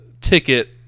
ticket